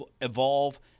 evolve